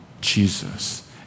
Jesus